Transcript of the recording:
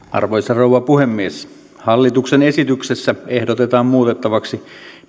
arvoisa rouva puhemies hallituksen esityksessä ehdotetaan muutettavaksi